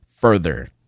further